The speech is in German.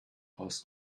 aus